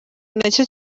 nicyo